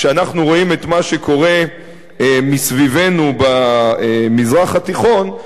כשאנחנו רואים את מה שקורה מסביבנו במזרח התיכון,